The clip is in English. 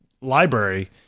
library